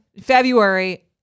February